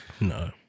No